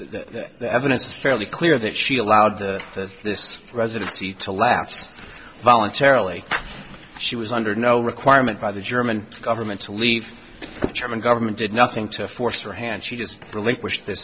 and the evidence is fairly clear that she allowed to this residency to laughs voluntarily she was under no requirement by the german government to leave the term and government did nothing to force her hand she just relinquished th